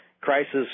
crisis